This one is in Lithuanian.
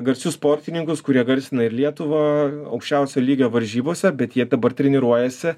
garsius sportininkus kurie garsina ir lietuvą aukščiausio lygio varžybose bet jie dabar treniruojasi